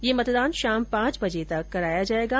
यह मतदान शाम पांच बजे तक कराया जायेगा